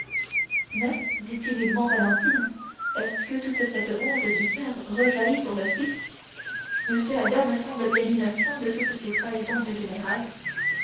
mais dit timidement valentine est-ce que toute cette honte du père rejaillit sur le fils m albert me semble bien innocent de toutes ces trahisons du général